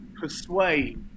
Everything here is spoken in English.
persuade